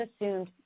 assumed